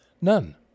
None